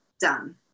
done